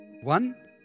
One